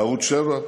בערוץ 7?